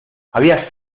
había